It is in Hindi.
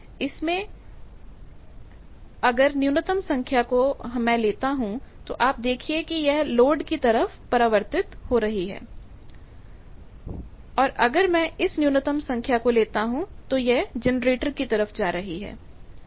अगर मैं इस न्यूनतम संख्या को लेता हूं तो आप देखिए कि यह लोड की तरफ परिवर्तित हो रही है और अगर मैं इस न्यूनतम संख्या को लेता हूं तो यह जनरेटर की तरफ जा रही है